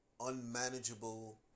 unmanageable